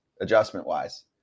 adjustment-wise